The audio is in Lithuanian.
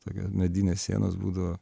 tokia medinės sienos būdavo